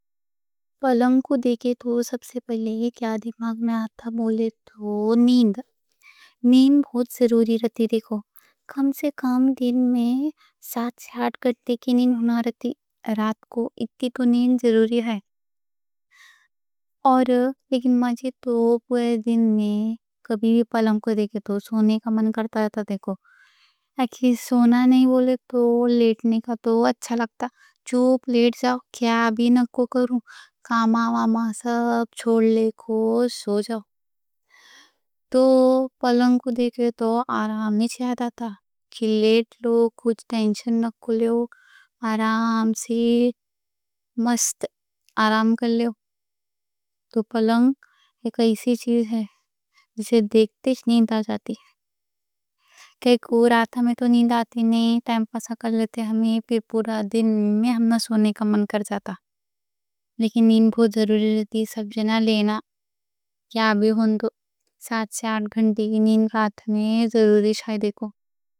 پلنگ کو دیکھے تو سب سے پہلے کیا دماغ میں آتا بولے تو نیند۔ نیند بہت ضروری رہتی، دیکھو۔ کم سے کم دن میں سات سے آٹھ گھنٹے کی نیند رہتی، رات کو اتنی تو نیند ضروری ہے۔ اور لیکن مجھے تو پورے دن میں کبھی بھی پلنگ کو دیکھے تو سونے کا من کرتا جاتا۔ دیکھو، سونا نہیں بولے تو لیٹنے کا اچھا لگتا۔ چوپ لیٹ جاؤ، کیا بھی نکو کروں۔ کاما واما سب چھوڑ لے کو سو جاؤ۔ پلنگ کو دیکھے تو آرام چاہتا، کی لیٹ لو، کچھ ٹینشن نکو لے ہو، آرام سے مست آرام کر لے ہو۔ پلنگ ایک ایسی چیز ہے جسے دیکھتے نیند آ جاتی۔ ایک رات میں تو نیند آتی نہیں، ٹائم پاس کر لیتے، پھر پورا دن نیند آتی ہے، نیند آتی ہے۔ پورا دن میں سونے کا من کر جاتا۔ لیکن نیند بہت ضروری رہتی۔ پورا دن میں سونے کا من کر جاتا، لیکن نیند بہت ضروری رہتی۔ رات میں سات سے آٹھ گھنٹے کی نیند ضروری ہے، دیکھو۔